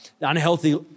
unhealthy